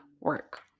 work